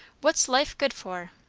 what's life good for?